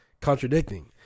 contradicting